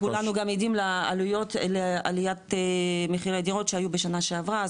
וכולנו גם עדים לעליית מחירי הדירות שהיו בשנה שעברה.